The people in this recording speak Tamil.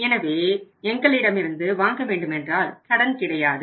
எனவே எங்களிடமிருந்து வாங்க வேண்டுமென்றால் கடன் கிடையாது